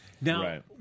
Now